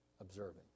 observing